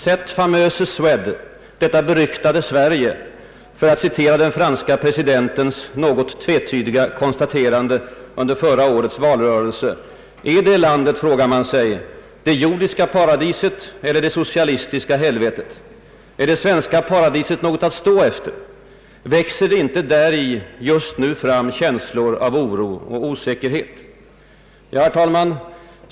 »Cette fameuse Suede», detta beryktade Sverige, för att citera den franske presidentens något tvetydiga konstaterande under förra årets valrörelse, är detta land det jordiska paradiset eller det socialistiska helvetet? Är det svenska paradiset något att stå efter? Växer inte däri just nu fram känslor av oro och osäkerhet? Herr talman!